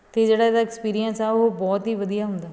ਅਤੇ ਜਿਹੜਾ ਇਹਦਾ ਐਕਸਪੀਰੀਅੰਸ ਆ ਉਹ ਬਹੁਤ ਹੀ ਵਧੀਆ ਹੁੰਦਾ